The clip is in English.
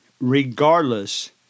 regardless